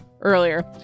earlier